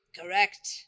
Correct